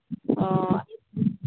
ᱚ